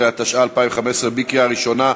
13), התשע"ה 2015, קריאה ראשונה.